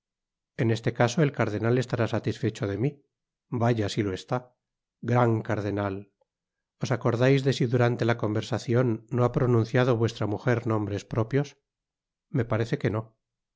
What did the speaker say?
en este caso el cardenal estará satisfecho de mí vaya si lo está gran cardenal os acordais de si durante la conversacion no ha pronunciado vuestra mujer nombres propios me parece que no